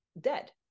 dead